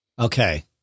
Okay